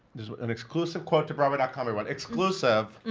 this is an exclusive quote to broadway com, ah but exclusive.